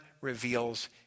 reveals